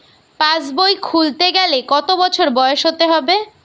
পাশবই খুলতে গেলে কত বছর বয়স হতে হবে?